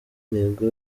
intego